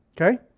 okay